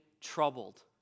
troubled